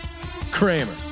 Kramer